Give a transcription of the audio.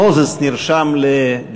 תודה רבה.